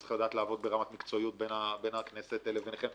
וצריך לדעת לעבוד ברמת מקצועיות בין הכנסת וביניכם.